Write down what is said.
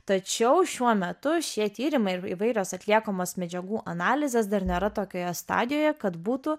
tačiau šiuo metu šie tyrimai ir įvairios atliekamos medžiagų analizės dar nėra tokioje stadijoje kad būtų